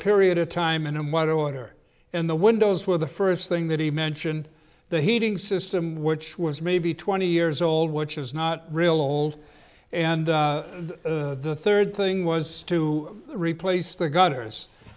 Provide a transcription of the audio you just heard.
period of time and water wonder in the windows were the first thing that he mentioned the heating system which was maybe twenty years old which is not real old and the third thing was to replace the gutters